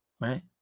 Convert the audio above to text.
right